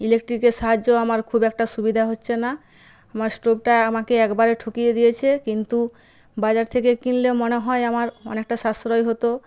ইলেকট্রিকের সাহায্য আমার খুব একটা সুবিধা হচ্ছে না আমার স্টোভটা আমাকে একবারে ঠকিয়ে দিয়েছে কিন্তু বাজার থেকে কিনলে মনে হয় আমার অনেকটা সাশ্রয় হতো